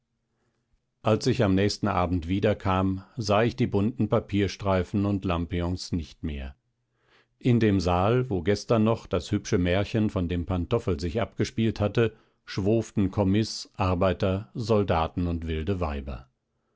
als ich am nächsten abend wieder kam sah ich die bunten papierstreifen und lampions nicht mehr in dem saal wo gestern noch das hübsche märchen von dem pantoffel sich abgespielt hatte schwoften kommis arbeiter soldaten und wilde weiber